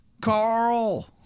Carl